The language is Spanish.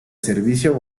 servicio